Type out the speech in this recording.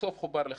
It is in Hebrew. ובסוף חובר לחשמל.